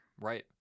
Right